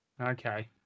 Okay